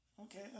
Okay